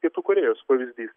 pietų korėjos pavyzdys